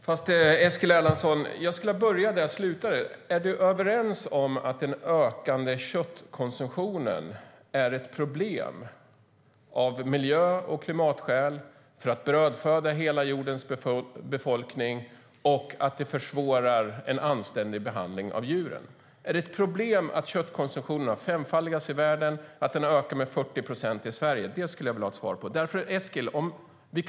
Fru talman! Låt mig börja där jag slutade, Eskil Erlandsson. Är du överens med mig om att den ökande köttkonsumtionen är ett problem av miljö och klimatskäl, ett problem när det gäller att föda hela jorden och ett problem för att den försvårar en anständig behandling av djuren? Är det ett problem att köttkonsumtionen har femfaldigats i världen och att den har ökat med 40 procent i Sverige? Det skulle jag vilja ha ett svar på.